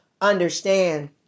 understand